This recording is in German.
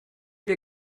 wir